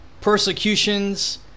persecutions